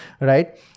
right